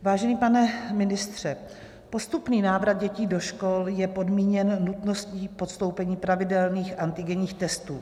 Vážený pane ministře, postupný návrat dětí do škol je podmíněn nutností podstoupení pravidelných antigenních testů.